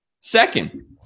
Second